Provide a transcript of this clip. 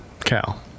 Cal